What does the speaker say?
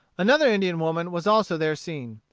another indian woman was also there seen.